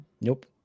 Nope